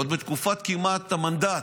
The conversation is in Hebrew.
עוד בתקופת כמעט המנדט,